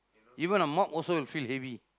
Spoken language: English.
even a mug will also feel heavy